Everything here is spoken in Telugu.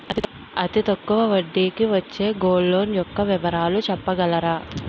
అతి తక్కువ వడ్డీ కి వచ్చే గోల్డ్ లోన్ యెక్క వివరాలు చెప్పగలరా?